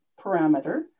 parameter